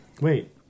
Wait